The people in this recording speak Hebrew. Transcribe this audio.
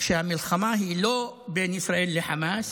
שהמלחמה היא לא בין ישראל לחמאס,